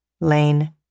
Lane